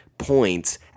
points